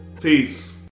Peace